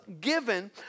given